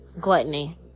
gluttony